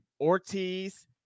Ortiz